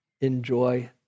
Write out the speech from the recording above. enjoy